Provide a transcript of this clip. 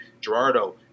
Gerardo